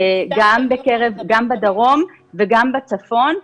גם בדרום וגם בצפון,